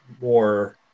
more